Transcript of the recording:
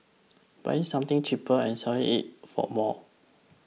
buying something cheaper and selling it for more